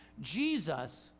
Jesus